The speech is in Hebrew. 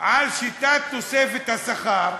על שיטת תוספת השכר,